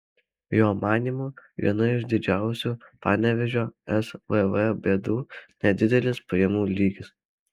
jo manymu viena iš didžiausių panevėžio svv bėdų nedidelis pajamų lygis